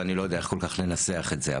ואני לא יודע כל כך איך לנסח את זה.